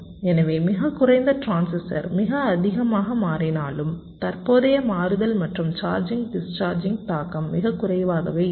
எனவே மிகக் குறைந்த டிரான்சிஸ்டர் மிக அதிகமாக மாறினாலும் தற்போதைய மாறுதல் மற்றும் சார்ஜிங் டிஸ்சார்ஜிங் தாக்கம் மிகக் குறைவாகவே இருக்கும்